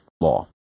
law